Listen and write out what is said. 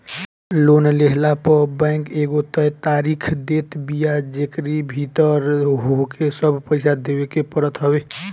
loan लेहला पअ bank एगो तय तारीख देत बिया जेकरी भीतर होहके सब पईसा देवे के पड़त हवे